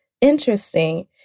Interesting